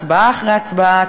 הצבעה אחרי הצבעה,